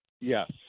yes